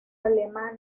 alemana